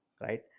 Right